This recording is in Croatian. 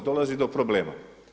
Dolazi do problema.